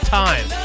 time